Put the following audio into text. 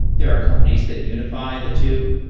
there are companies that unify the two.